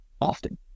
often